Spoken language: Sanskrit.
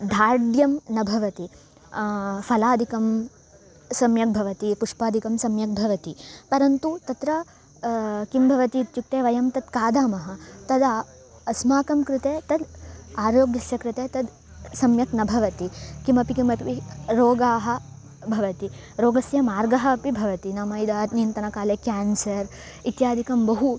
दार्ढ्यं न भवति फलादिकं सम्यग्भवति पुष्पादिकं सम्यग्भवति परन्तु तत्र किं भवतीत्युक्ते वयं तत् खादामः तदा अस्माकं कृते तत् आरोग्यस्य कृते तद् सम्यक् न भवति केऽपि केऽपि रोगाः भवति रोगस्य मार्गः अपि भवति नाम इदानींतनकाले क्यान्सर् इत्यादिकं बहु